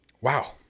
Wow